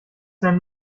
seinen